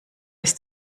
ist